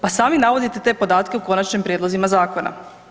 Pa sami navodite te podatke u Konačnim prijedlozima zakona.